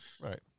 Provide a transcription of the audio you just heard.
right